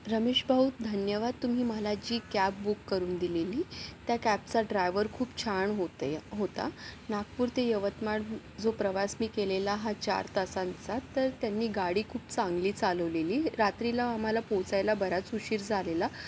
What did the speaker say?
रमेशभाऊ धन्यवाद तुम्ही मला जी कॅब बुक करून दिलेली त्या कॅबचा ड्रायव्हर खूप छान होते होता नागपूर ते यवतमाळ जो प्रवास मी केलेला हा चार तासांचा तर त्यांनी गाडी खूप चांगली चालवलेली रात्रीला आम्हाला पोहोचायला बराच उशीर झालेला